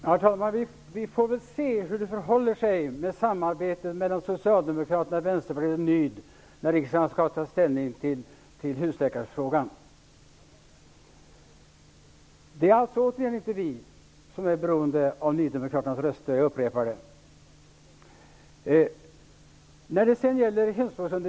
Herr talman! Vi får väl se hur det förehåller sig med samarbetet mellan Socialdemokraterna, Vänsterpartiet och Ny demokrati när riksdagen skall ta ställning till husläkarfrågan. Det är alltså återigen inte vi som är beroende av Ny demokratis röster -- jag upprepar det.